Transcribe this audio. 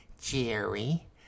Jerry